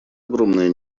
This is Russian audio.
огромное